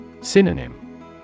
Synonym